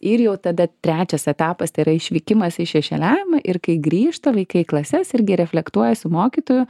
ir jau tada trečias etapas tai yra išvykimas į šešėliavimą ir kai grįžta vaikai į klases irgi reflektuoja su mokytoju